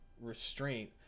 restraint